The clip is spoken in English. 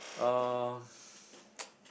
um